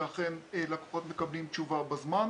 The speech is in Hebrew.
כ-7% מהפניות הן פניות שאנחנו מקבלים אותן ממה שאני קורא "מייצג",